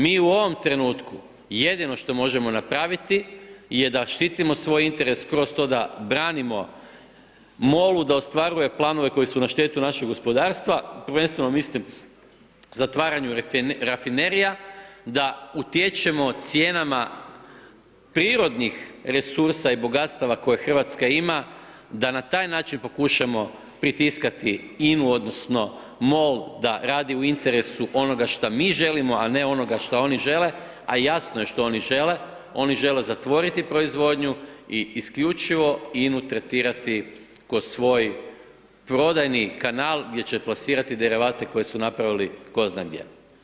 Mi u ovom trenutku jedino što možemo napraviti je da štitimo svoj interes kroz to da branimo MOL-u da ostvaruje planove koji su na štetu našeg gospodarstva, prvenstveno mislim zatvaranju rafinerija, da utječemo cijenama prirodnih resursa i bogatstava koje RH ima, da na taj način pokušamo pritiskati INA-u odnosno MOL da radi u interesu onoga šta mi želimo, a ne onoga što oni žele, a jasno je što oni žele, oni žele zatvoriti proizvodnju i isključivo INA-u tretirati ko svoj prodajni kanal gdje će plasirati derivate koje su napravili tko zna gdje.